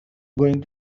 going